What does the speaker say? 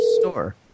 store